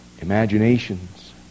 imaginations